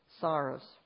sorrows